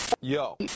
Yo